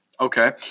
Okay